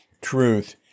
truth